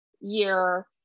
year